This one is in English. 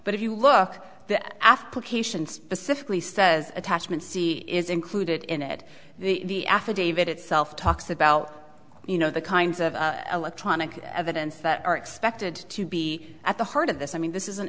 but if you look after cation specifically says attachment see is included in it the affidavit itself talks about you know the kinds of electronic evidence that are expected to be at the heart of this i mean this is an